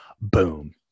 Boom